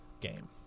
game